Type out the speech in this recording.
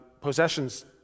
possessions